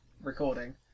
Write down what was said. recording